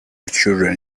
children